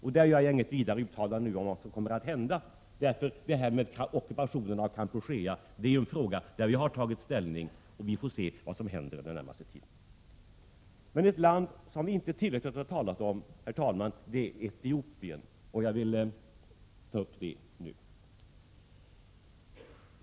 Jag gör nu inte något vidare uttalande om vad som kommer att hända, för ockupationen av Kampuchea är ju en fråga där vi har tagit ställning, och vi får se vad som händer under den närmaste tiden. Men ett land som vi inte tillräckligt har talat om, herr talman, är Etiopien, och jag vill ta upp den saken nu.